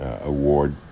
Award